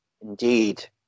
Indeed